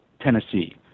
Tennessee